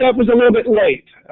yeah was a little bit late.